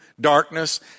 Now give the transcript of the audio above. darkness